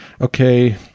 okay